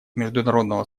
международного